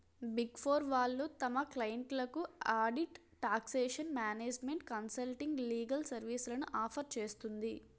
big four వాళ్ళు తమ క్లయింట్లకు audit, taxation, management consulting, legal సర్వీస్లను ఆఫర్ చేస్తుంది